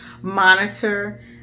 monitor